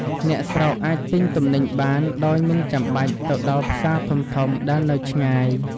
អ្នកស្រុកអាចទិញទំនិញបានដោយមិនចាំបាច់ទៅដល់ផ្សារធំៗដែលនៅឆ្ងាយ។